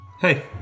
Hey